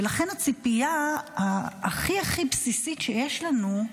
לכן הציפייה הכי הכי בסיסי שיש לנו,